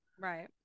right